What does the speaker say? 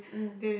mm